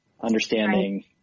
understanding